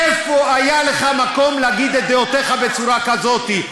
איפה היה לך מקום להגיד את דעותיך בצורה כזאת?